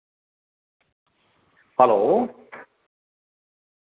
hello